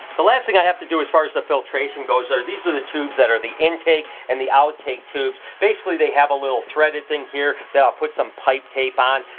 the last thing i have to do as far as the filtration goes there, these are the tubes that are the intake, and the outtake tubes. basically they have a little threaded thing here, that i'll put some pipe tape on,